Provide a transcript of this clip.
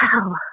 Wow